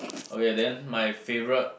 okay then my favourite